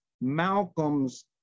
Malcolm's